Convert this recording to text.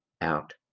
out